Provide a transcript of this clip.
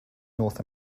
north